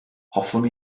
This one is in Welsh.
hoffwn